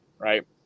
Right